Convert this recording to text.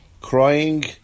crying